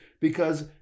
because-